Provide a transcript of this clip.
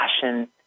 passion